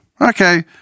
Okay